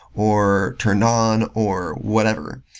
or turned on, or whatever.